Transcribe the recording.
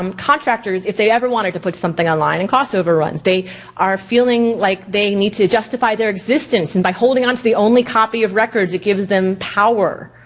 um contractors if they ever wanted to put something online and cost overruns. they are feeling like they need to justify their existence and by holding onto the only copy of records it gives them power.